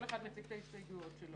כל אחד מציג את ההסתייגויות שלו.